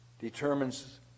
determines